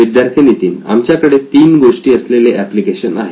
विद्यार्थी नितीन आमच्याकडे तीन गोष्टी असलेले एप्लिकेशन आहे